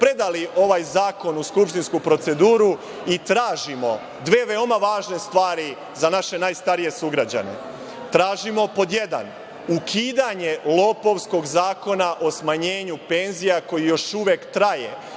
predali ovaj zakon u skupštinsku proceduru i tražimo dve veoma važne stvari za naše najstarije sugrađane. Pod jedan, tražimo ukidanje lopovskog zakona o smanjenju penzija koji još uvek traje